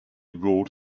ruled